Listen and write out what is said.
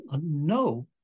no